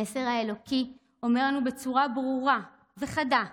המסר האלוקי אומר לנו בצורה ברורה וחדה: